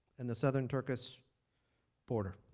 and the southern turkish border.